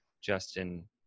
Justin